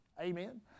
Amen